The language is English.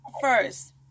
first